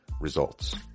results